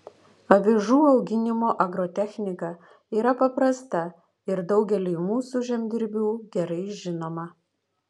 avižų auginimo agrotechnika yra paprasta ir daugeliui mūsų žemdirbių gerai žinoma